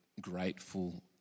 grateful